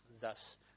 thus